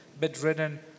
bedridden